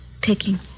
picking